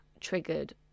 triggered